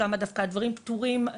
שם דווקא הדברים פתורים.